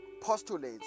postulates